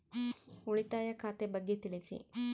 ಉಳಿತಾಯ ಖಾತೆ ಬಗ್ಗೆ ತಿಳಿಸಿ?